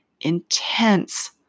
intense